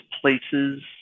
places